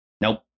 nope